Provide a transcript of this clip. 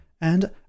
and